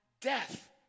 death